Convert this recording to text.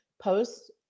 posts